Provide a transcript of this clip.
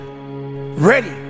ready